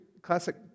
Classic